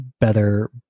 better